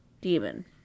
demon